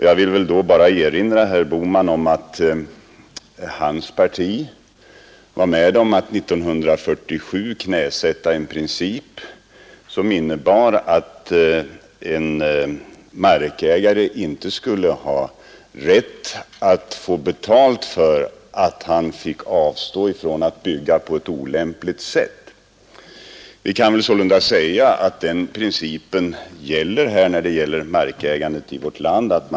Jag vill i det avseendet bara erinra herr Bohman om att hans parti 1947 var med om att knäsätta en princip som innebar att en markägare inte skulle ha rätt till betalning för att han fick avstå från att bygga på ett olämpligt sätt. Vi kan sålunda säga att den principen gäller i fråga om markägandet i vårt land.